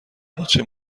باچه